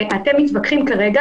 ואתם מתווכחים כרגע,